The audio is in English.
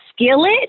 skillet